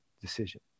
decision